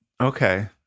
okay